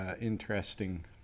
interesting